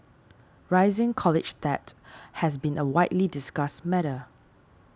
rising college debt has been a widely discussed matter